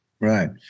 Right